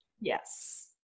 Yes